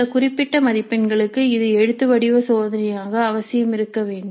சில குறிப்பிட்ட மதிப்பெண்களுக்கு இது எழுத்து வடிவ சோதனையாக அவசியம் இருக்க வேண்டும்